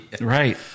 Right